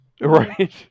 Right